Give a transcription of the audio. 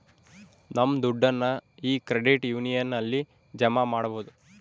ನಮ್ ದುಡ್ಡನ್ನ ಈ ಕ್ರೆಡಿಟ್ ಯೂನಿಯನ್ ಅಲ್ಲಿ ಜಮಾ ಮಾಡ್ಬೋದು